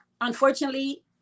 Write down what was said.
unfortunately